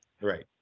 Right